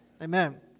Amen